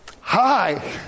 Hi